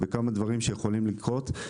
בכמה דברים שיכולים לקרות,